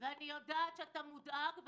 אני יודעת שאתה מודאג,